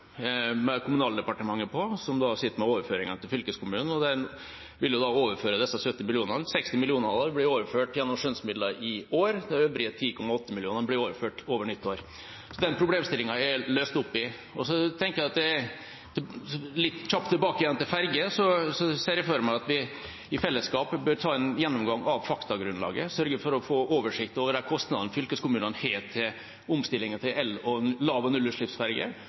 med Kommunaldepartementet om, som sitter med overføringene til fylkeskommunen, og de vil da overføre disse 70 mill. kr. 60 millioner av dem blir overført gjennom skjønnsmidler i år, og de øvrige 10,8 mill. kr blir overført over nyttår, så den problemstillingen er løst opp i. Litt kjapt tilbake igjen til ferger: Jeg ser for meg at vi i fellesskap bør ta en gjennomgang av faktagrunnlaget, sørge for å få oversikt over de kostnadene fylkeskommunene har til omstillingen til el-, lav- og